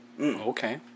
okay